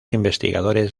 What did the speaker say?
investigadores